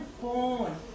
born